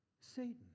Satan